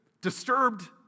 disturbed